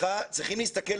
להסתכל,